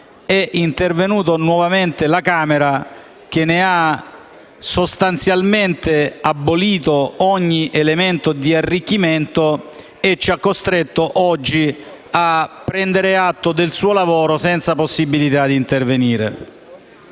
è intervenuta nuovamente la Camera, che ne ha sostanzialmente abolito ogni elemento di arricchimento costringendoci oggi a prendere atto del suo lavoro senza possibilità di intervenire.